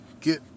get